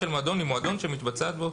ההגדרה של מועדון היא מועדון שמתבצעת בו פעילות